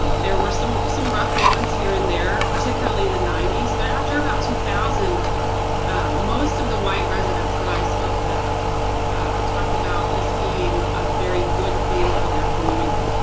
there were some some rough moments here and there, particularly in the ninety s. but after about two thousand most of the white residents that i spoke with talked about this being a very good thing for their community.